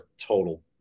total